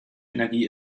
energie